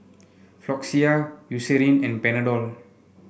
Floxia Eucerin and Panadol